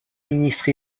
ministre